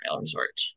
resort